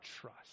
trust